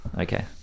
Okay